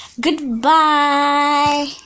goodbye